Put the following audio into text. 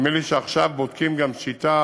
נדמה לי שעכשיו בודקים גם שיטה